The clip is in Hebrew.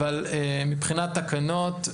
אבל מבחינת תקנות,